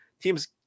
Teams